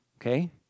Okay